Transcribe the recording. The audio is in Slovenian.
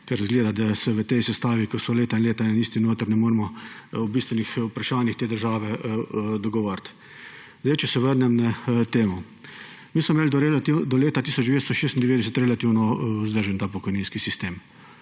ker izgleda, da se v tej sestavi, ko so leta in leta eni in isti notri, ne moremo o bistvenih vprašanjih te države dogovoriti. Če se vrnem na temo. Mi smo imeli do leta 1996 relativno vzdržen pokojninski sistem.